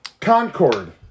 Concord